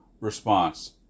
response